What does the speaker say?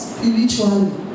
Spiritually